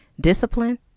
Discipline